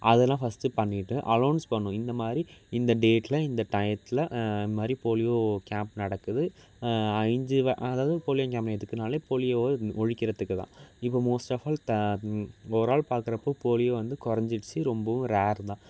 அதல்லாம் ஃபஸ்ட்டு பண்ணிட்டு அனோன்ஸ் பண்ணணும் இந்த மாதிரி இந்த டேட்டில் இந்த டயத்தில் இது மாதிரி போலியோ கேம்ப்பு நடக்குது அஞ்சு அதாவது பிள்ளைங்க போலியோ ஒழிக்கிறதுக்கு தான் இப்போ most of all over all பாக்கிறப்ப போலியோ வந்து கொறைஞ்சிடுச்சி ரொம்பவும் ரேர் தான்